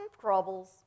troubles